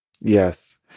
Yes